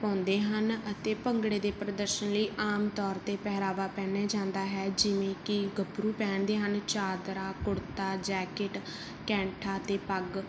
ਪਾਉਂਦੇ ਹਨ ਅਤੇ ਭੰਗੜੇ ਦੇ ਪ੍ਰਦਰਸ਼ਨ ਲਈ ਆਮ ਤੌਰ 'ਤੇ ਪਹਿਰਾਵਾ ਪਹਿਨਿਆ ਜਾਂਦਾ ਹੈ ਜਿਵੇਂ ਕਿ ਗੱਭਰੂ ਪਹਿਨਦੇ ਹਨ ਚਾਦਰਾ ਕੁੜਤਾ ਜੈਕਟ ਕੈਂਠਾ ਅਤੇ ਪੱਗ